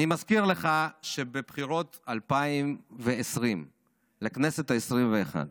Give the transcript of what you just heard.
אני מזכיר לך שבבחירות 2020 לכנסת העשרים-ואחת